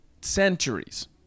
centuries